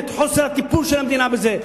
את חוסר הטיפול של המדינה בזה.